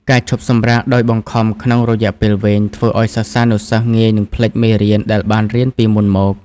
ការឈប់សម្រាកដោយបង្ខំក្នុងរយៈពេលវែង ធ្វើឱ្យសិស្សានុសិស្សងាយនឹងភ្លេចមេរៀនដែលបានរៀនពីមុនមក។